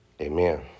Amen